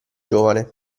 giovane